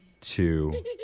two